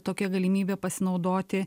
tokia galimybe pasinaudoti